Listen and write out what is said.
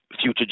future